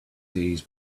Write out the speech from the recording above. days